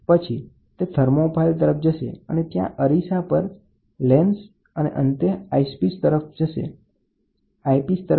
પછી તે થર્મોપાઈલ તરફ જશે ત્યાં અરીસા પર લેન્સ અને અંતે આઇપિસ તરફ જશે અને લોકેટીગ કરી શકાશે